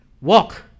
Walk